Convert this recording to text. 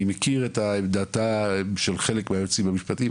אני מכיר את עמדתם של חלק מהיועצים המשפטיים,